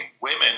women